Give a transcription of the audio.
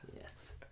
Yes